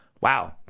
wow